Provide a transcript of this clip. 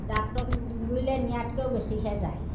ডাক্তৰক গুৰিলে নিয়াতকৈও বেছিকে যায়